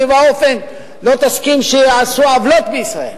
ואופן לא יסכים שיעשו עוולות בישראל.